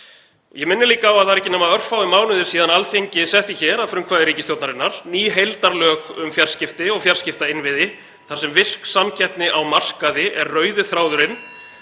Ég minni líka á að það eru ekki nema örfáir mánuðir síðan Alþingi setti hér, að frumkvæði ríkisstjórnarinnar, ný heildarlög um fjarskipti og fjarskiptainnviði þar sem virk samkeppni á markaði er rauði þráðurinn.